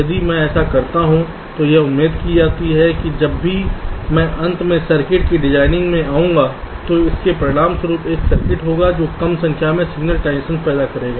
यदि मैं ऐसा करता हूं तो यह उम्मीद की जाती है कि जब मैं अंत में सर्किट की डिजाइनिंग में आऊंगा तो इसके परिणामस्वरूप एक सर्किट होगा जो कम संख्या में सिग्नल ट्रांजीशन पैदा करेगा